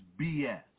BS